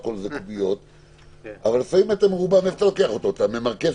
אתה לוקח את השטח השאלה איפה אתה ממקם את